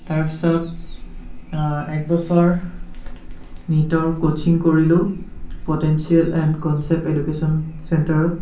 তাৰপিছত এক বছৰ নিটৰ ক'ছিং কৰিলোঁ পটেনছিয়েল এণ্ড কনছেপ্ট এডুকেছন চেন্টাৰত